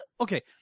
Okay